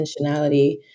intentionality